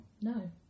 No